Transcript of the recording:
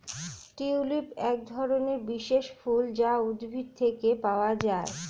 tulip একধরনের বিশেষ ফুল যা উদ্ভিদ থেকে পাওয়া যায়